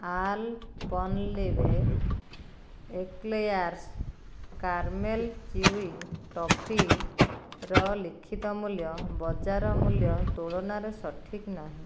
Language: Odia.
ଆଲ୍ପନ୍ଲିବେ ଏକ୍ଲେୟାର୍ସ୍ କାରେମେଲ୍ ଚିୱି ଟଫିର ଲିଖିତ ମୂଲ୍ୟ ବଜାର ମୂଲ୍ୟ ତୁଳନାରେ ସଠିକ୍ ନାହିଁ